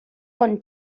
con